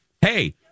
Hey